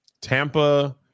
Tampa